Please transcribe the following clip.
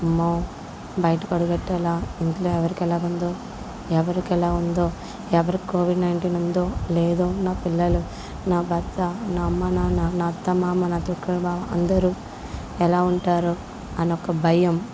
అమ్మో బయటికి అడుగెట్టాలా ఇంట్లో ఎవరికి ఎలాగుందో ఎవరికి ఎలా ఉందో ఎవరికి కోవిడ్ నైన్టీన్ ఉందో లేదో నా పిల్లలు నా భర్త నా అమ్మ నాన్న నా అత్త మామ నా దగ్గర వా అందరూ ఎలా ఉంటారో అనొక భయం